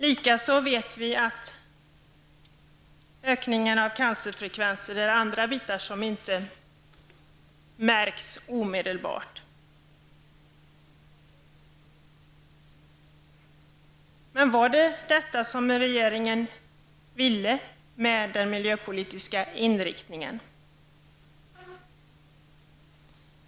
Likaså vet vi att ökningen av cancerfrekvensen inte märks omedelbart. Var det detta som regeringen ville med sin miljöpolitiska inriktning?